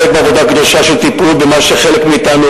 עוסק בעבודה קדושה של טיפול במה שחלק מאתנו